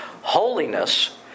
Holiness